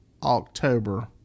October